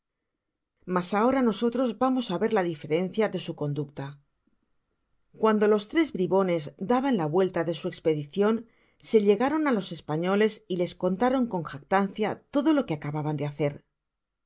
mas ahora nosotros vamos á ver la diferencia tosu conducta cuándo los tres bribones daban la vuelta de su espedicion se llegaron á los españoles y les contaron con jactancia todo lo que acababan de hacer